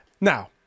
Now